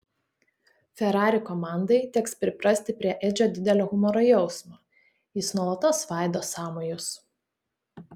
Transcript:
ferrari komandai teks priprasti prie edžio didelio humoro jausmo jis nuolatos svaido sąmojus